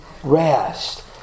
Rest